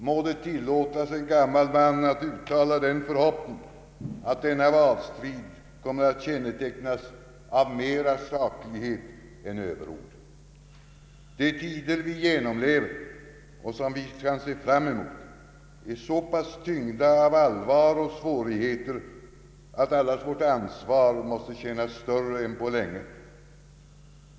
Må det tillåtas en gammal man att uttala den förhoppningen att denna valstrid kommer att kännetecknas mer av saklighet än av överord, De tider vi genomlever — och som vi kan se fram emot — är så pass tyngda av allvar och svårigheter att allas vårt ansvar måste kännas större än på länge.